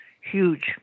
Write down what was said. huge